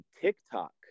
TikTok